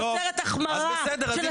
והיא יוצרת החמרה של הסיטואציה הקיימת.